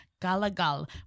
galagal